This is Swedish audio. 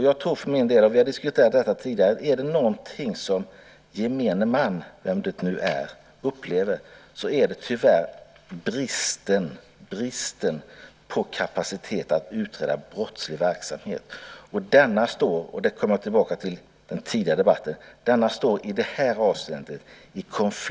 Jag tror för min del, och vi har diskuterat detta tidigare, att om det är någonting som gemene man, vem det nu är, upplever så är det tyvärr bristen på kapacitet att utreda brottslig verksamhet. Och det finns ett konkurrensförhållande mellan denna uppgift och övervakningsuppgifterna.